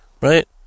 Right